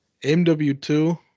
MW2